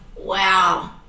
wow